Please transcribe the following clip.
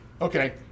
okay